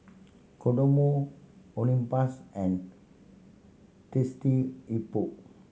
Kodomo Olympus and Thirsty Hippo